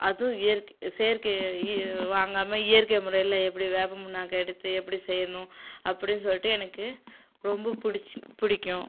அதுவும் இயற்கை செயற்கை வாங்காமல் இயற்கை முறையில் எப்படி வேப்பம் புண்ணாக்கை எடுத்து எப்படி செய்யணும் அப்படினு சொல்லிட்டு எனக்கு ரொம்ப பிடிச்சி பிடிக்கும்